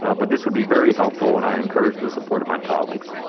ah but this would be very helpful and i encourage the support of my colleagues.